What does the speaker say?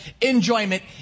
Enjoyment